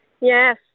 Yes